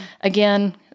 again